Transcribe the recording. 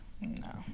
No